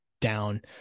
down